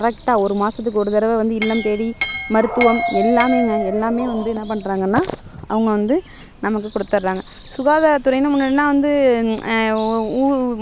ஏன்னா வந்து அவங்களுக்கு ஜஸ்ட்டு பாஸ் பண்ணால் போதும் அப்படின்னு ஒரு எண்ணம் வச்சுக்கிறாங்களே தவிர வந்து ரொம்ப அதிகமாக மார்க் எடுக்க வைக்கணும் அப்படின்னு சொல்லிட்டு யாரும் முயற்சியை செய்யுறதே கிடையாது